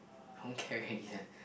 I don't care already eh